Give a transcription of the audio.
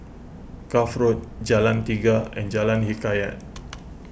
Cuff Road Jalan Tiga and Jalan Hikayat